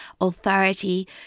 authority